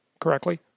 correctly